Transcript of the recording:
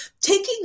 taking